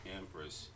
empress